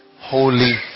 holy